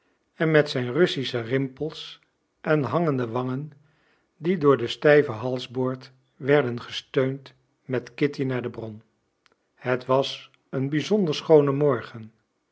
en met zijn russische rimpels en hangende wangen die door den stijven halsboord werden gesteund met kitty naar de bron het was een bizonder schoone morgen